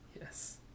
Yes